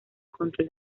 control